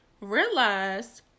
realized